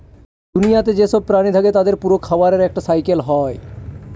দুনিয়াতে যেসব প্রাণী থাকে তাদের পুরো খাবারের একটা সাইকেল হয়